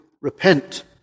repent